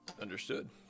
Understood